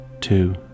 Two